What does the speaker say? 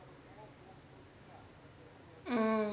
mm